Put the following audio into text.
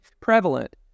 prevalent